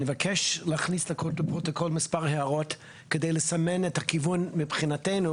אני מבקש להכניס לפרוטוקול מספר הערות כדי לסמן את הכיוון מבחינתנו,